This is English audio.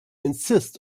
insist